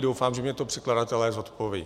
Doufám, že mi to předkladatelé zodpovědí.